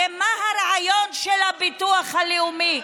הרי מה הרעיון של הביטוח הלאומי?